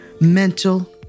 mental